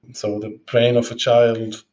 so the brain of a child,